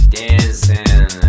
dancing